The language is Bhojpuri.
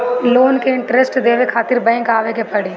लोन के इन्टरेस्ट देवे खातिर बैंक आवे के पड़ी?